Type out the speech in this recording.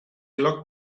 locked